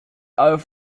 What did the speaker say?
auf